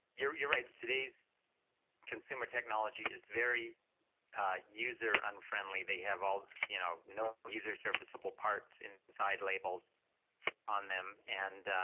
you're you're right, today's consumer technology is very ah user unfriendly, they have all you know no user serviceable parts inside labels on them and